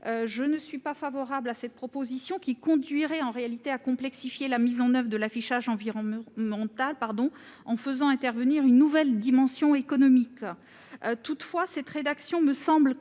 je ne suis pas favorable à cette proposition, qui conduirait à complexifier la mise en oeuvre de l'affichage environnemental, en faisant intervenir une nouvelle dimension économique. Toutefois, cette rédaction me semble bien